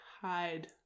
hide